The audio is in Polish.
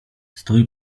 stój